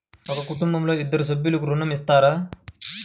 ఒక కుటుంబంలో ఇద్దరు సభ్యులకు ఋణం ఇస్తారా?